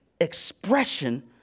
expression